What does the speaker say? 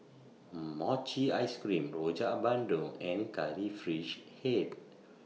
Mochi Ice Cream Rojak Bandung and Curry Fish Head